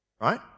right